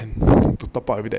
to top up with that